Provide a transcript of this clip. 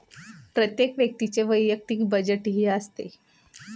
प्रत्येक व्यक्तीचे वैयक्तिक बजेटही असते